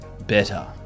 better